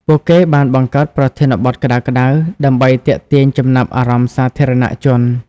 ពួកគេបានបង្កើតប្រធានបទក្តៅៗដើម្បីទាក់ទាញចំណាប់អារម្មណ៍សាធារណៈជន។